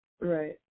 Right